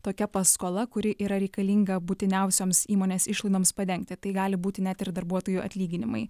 tokia paskola kuri yra reikalinga būtiniausioms įmonės išlaidoms padengti tai gali būti net ir darbuotojų atlyginimai